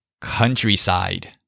Countryside